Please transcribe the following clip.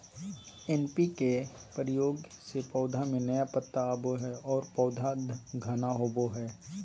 NPK के प्रयोग से पौधा में नया पत्ता आवो हइ और पौधा घना होवो हइ